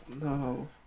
No